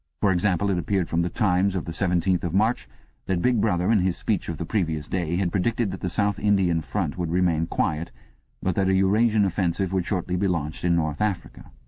for example, it appeared from the times of the seventeenth of march that big brother, in his speech of the previous day, had predicted that the south indian front would remain quiet but that a eurasian offensive would shortly be launched in north africa.